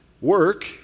Work